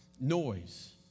noise